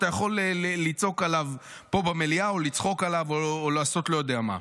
שאתה יכול לצעוק עליו פה במליאה או לצחוק עליו או לעשות לא יודע מה.